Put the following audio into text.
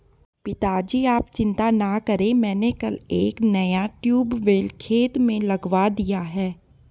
पिताजी आप चिंता ना करें मैंने कल एक नया ट्यूबवेल खेत में लगवा दिया है